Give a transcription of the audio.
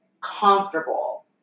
comfortable